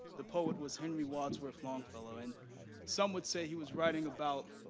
the poet was henry wadsworth longfellow. and some would say he was writing about